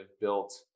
built